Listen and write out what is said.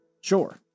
Sure